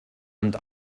und